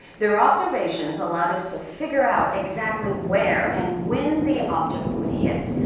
their observations allowed us to figure out exactly where and when the object would hit.